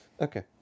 Okay